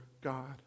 God